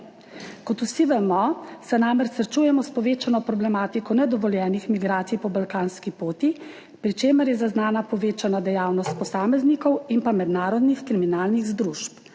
Kot vsi vemo, se namreč srečujemo s povečano problematiko nedovoljenih migracij po balkanski poti, pri čemer je zaznana povečana dejavnost posameznikov in pa mednarodnih kriminalnih združb.